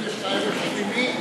חברת הכנסת חוטובלי,